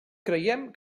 creiem